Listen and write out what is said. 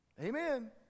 Amen